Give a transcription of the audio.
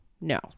No